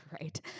Right